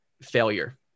failure